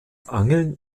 angeln